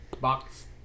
box